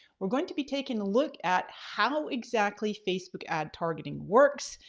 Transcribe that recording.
we're going to be taking a look at how exactly facebook ad targeting works,